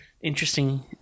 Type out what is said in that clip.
interesting